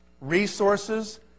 Resources